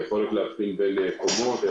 כך שהיכולת להפריד בין קומות,